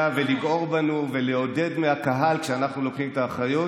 ולגעור בנו ולעודד מהקהל כשאנחנו לוקחים את האחריות.